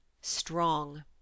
strong